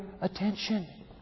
attention